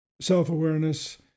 self-awareness